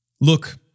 Look